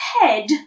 head